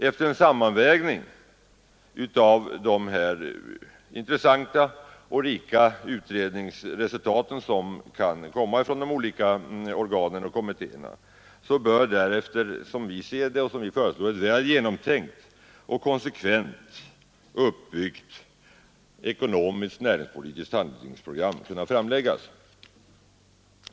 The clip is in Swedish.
Efter en sammanvägning av de intressanta och rika utredningsresultat som kan komma från de olika organen och kommittéerna bör därefter, som vi ser det och som vi föreslår, ett väl genomtänkt och konsekvent uppbyggt ekonomiskt näringspolitiskt handlingsprogram kunna framläggas.